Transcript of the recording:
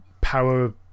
power